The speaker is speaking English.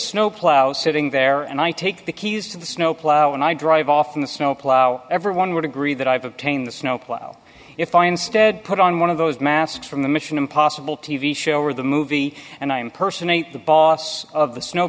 snowplow sitting there and i take the keys to the snowplow and i drive off in the snowplow everyone would agree that i've obtained the snowplow if i instead put on one of those masks from the mission impossible t v show or the movie and i impersonated the boss of the snow